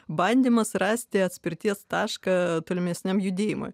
bandymas rasti atspirties tašką tolimesniam judėjimui